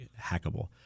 hackable